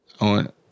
on